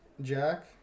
Jack